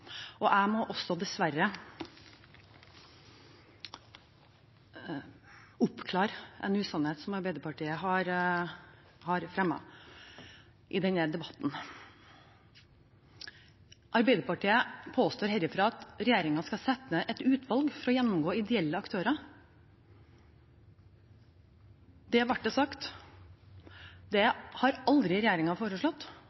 Jeg må dessverre også oppklare en usannhet som Arbeiderpartiet har fremmet i denne debatten. Arbeiderpartiet påstår herifra at regjeringen skal sette ned et utvalg for å gjennomgå ideelle aktører. Det ble det sagt.